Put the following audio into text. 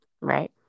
Right